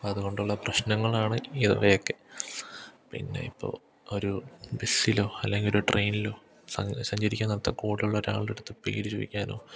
അതുകൊണ്ടുള്ള പ്രശ്നങ്ങളാണ് ഇവയൊക്കെ പിന്നെ ഇപ്പോൾ ഒരു ബസ്സിലോ അല്ലെങ്കിൽ ഒരു ട്രെയിനിലോ സഞ്ചരിക്കുന്നത് കൂടെയുള്ള ഒരാളുടെ അടുത്ത് പേര് ചോയിക്കാനോ